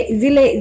zile